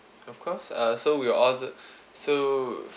of course uh so we're all the so